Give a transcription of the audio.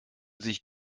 sich